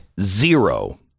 zero